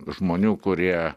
žmonių kurie